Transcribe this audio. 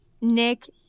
nick